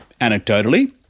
Anecdotally